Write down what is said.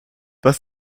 was